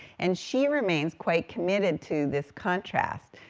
and she remains quite committed to this contrast,